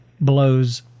blows